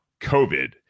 COVID